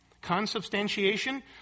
consubstantiation